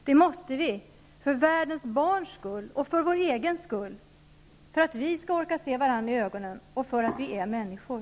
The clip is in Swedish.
Vi måste det för världens barns skull och för vår egen skull, för att vi skall orka se varandra i ögonen och för att vi är människor.